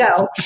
go